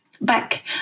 back